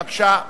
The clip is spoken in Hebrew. בבקשה.